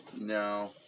No